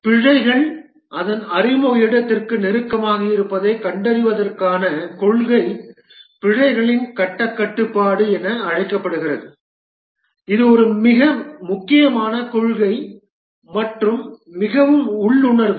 பிழைகள் அதன் அறிமுக இடத்திற்கு நெருக்கமாக இருப்பதைக் கண்டறிவதற்கான கொள்கை பிழைகளின் கட்டக் கட்டுப்பாடு என அழைக்கப்படுகிறது இது ஒரு மிக முக்கியமான கொள்கை மற்றும் மிகவும் உள்ளுணர்வு